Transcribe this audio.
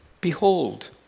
behold